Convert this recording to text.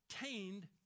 obtained